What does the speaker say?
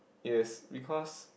yes because